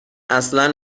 اصلا